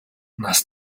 нас